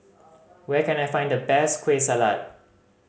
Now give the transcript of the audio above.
where can I find the best Kueh Salat